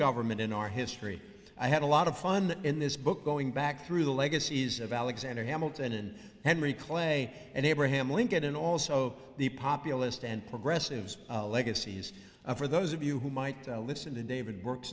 government in our history i had a lot of fun in this book going back through the legacies of alexander hamilton and henry clay and abraham lincoln and also the populist and progressive legacies of for those of you who might listen to david works